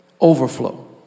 Overflow